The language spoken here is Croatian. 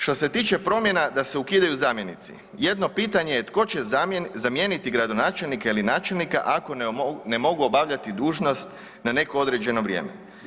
Što se tiče promjena da se ukidaju zamjenici, jedno pitanje tko će zamijeniti gradonačelnika ili načelnika ako ne mogu obavljati dužnost na neko određeno vrijeme?